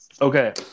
Okay